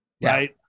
Right